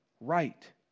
right